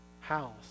house